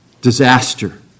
disaster